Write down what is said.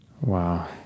Wow